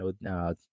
no